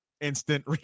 instant